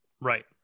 Right